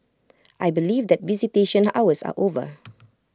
I believe that visitation hours are over